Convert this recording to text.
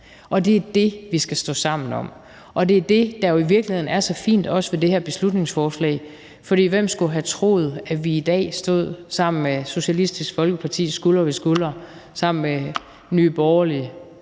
Og det er det, vi skal stå sammen om. Og det er jo det, der i virkeligheden også er så fint ved det her beslutningsforslag, for hvem skulle have troet, at vi i dag stod sammen, skulder ved skulder, med Socialistisk Folkeparti og Nye Borgerlige,